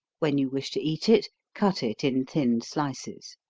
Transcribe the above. when you wish to eat it, cut it in thin slices.